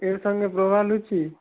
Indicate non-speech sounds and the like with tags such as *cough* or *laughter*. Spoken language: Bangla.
এর সঙ্গে *unintelligible* লুচি